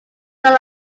son